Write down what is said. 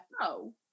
no